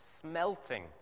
smelting